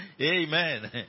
Amen